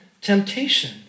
temptation